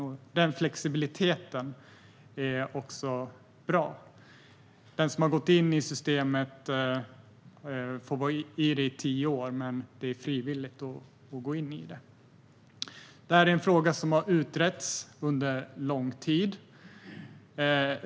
Denna flexibilitet är bra. Den som har gått in i systemet får vara i det i tio år, men det är frivilligt att gå in. Frågan har utretts under lång tid.